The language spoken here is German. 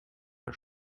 der